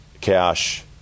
cash